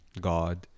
God